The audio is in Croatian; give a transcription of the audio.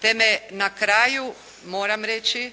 Te me na kraju, moram reći,